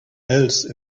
else